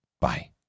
Bye